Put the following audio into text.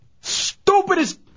Stupidest